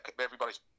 Everybody's